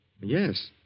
yes